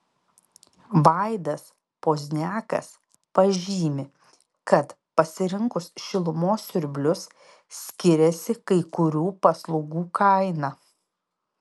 vaidas pozniakas pažymi kad pasirinkus šilumos siurblius skiriasi kai kurių paslaugų kaina